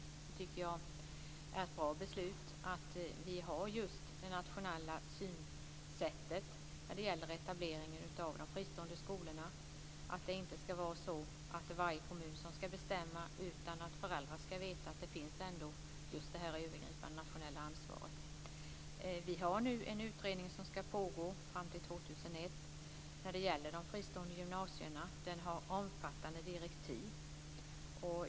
Det tycker jag är ett bra beslut. Det är bra att vi har just det nationella synsättet när det gäller etableringen av de fristående skolorna. Det ska inte vara så att varje kommun ska bestämma, utan föräldrar ska veta att det finns ett nationellt övergripande ansvar. Vi har nu en utredning som ska pågå till år 2001 när det gäller de fristående gymnasierna, och den har omfattande direktiv.